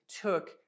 took